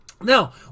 Now